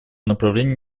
направлении